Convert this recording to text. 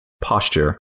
posture